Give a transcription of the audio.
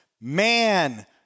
Man